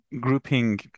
grouping